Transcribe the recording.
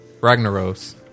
Ragnaros